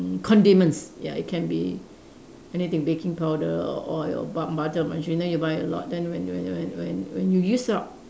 condiments ya it can be anything baking powder or oil or bu~ butter margarine then you buy a lot then when when when when when you use up